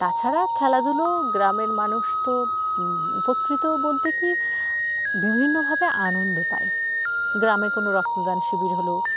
তাছাড়া খেলাধুলো গ্রামের মানুষ তো উপকৃত বলতে কি বিভিন্নভাবে আনন্দ পায় গ্রামে কোনো রক্তদান শিবির হলও